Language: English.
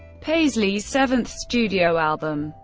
paisley's seventh studio album,